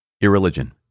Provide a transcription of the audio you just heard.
Irreligion